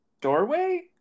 doorway